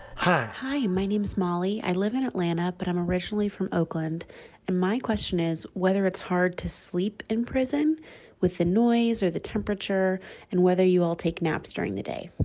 hi, my name is mollie. i live in atlanta, but i'm originally from oakland and my question is whether it's hard to sleep in prison with the noise or the temperature and whether you all take naps during the day